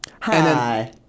Hi